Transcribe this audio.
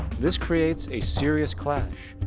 this creates a serious clash,